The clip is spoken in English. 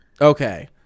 Okay